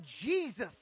Jesus